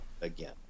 again